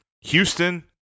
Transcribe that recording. Houston